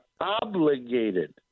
obligated